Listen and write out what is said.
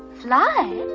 fly?